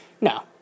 No